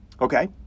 Okay